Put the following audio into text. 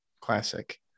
Classic